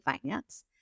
finance